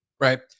Right